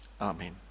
Amen